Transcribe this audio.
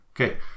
Okay